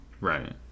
Right